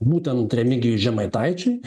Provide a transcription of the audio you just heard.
būtent remigijui žemaitaičiui